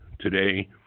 today